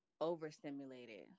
overstimulated